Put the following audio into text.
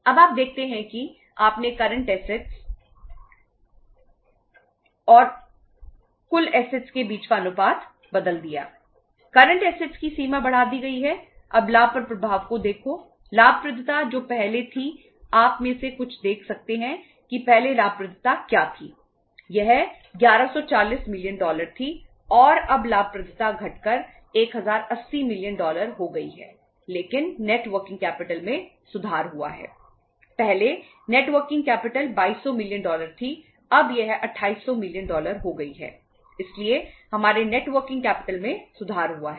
अब आप देखते हैं कि आपने करंट एसेट्स में सुधार हुआ है